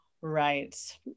Right